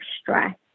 stress